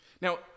Now